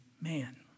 man